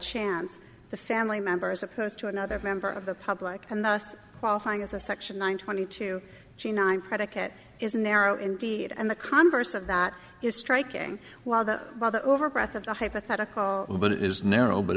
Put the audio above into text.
chance the family members opposed to another member of the public and thus qualifying as a section one twenty two shey nine predicate is a narrow indeed and the converse of that is striking while the while the over breath of the hypothetical but it is narrow but